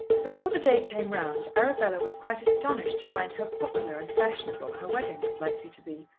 before the day came round arabella was quite astonished to find how popular and fashionable her wedding was likely to be,